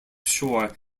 shore